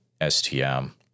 STM